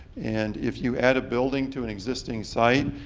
and if you add a building to an existing site,